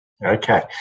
Okay